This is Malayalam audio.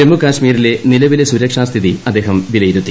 ജമ്മുകാശ്മീരിലെ നിലവിളല സുരക്ഷാ സ്ഥിതി അദ്ദേഹം വിലയിരുത്തി